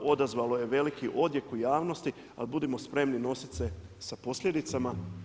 Odazvalo je veliki odjek u javnosti, ali budimo spremni nositi se sa posljedicama.